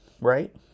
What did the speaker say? Right